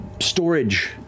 storage